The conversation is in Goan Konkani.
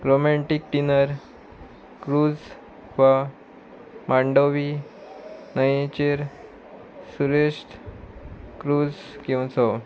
रोमेंटीक डिनर क्रूज वा मांडवी न्हंयेचेर सुरेश्ट क्रूज घेवचो